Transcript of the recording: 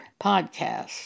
podcast